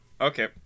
Okay